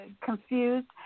confused